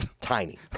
tiny